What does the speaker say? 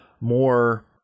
more